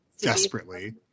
desperately